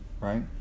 right